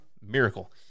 miracle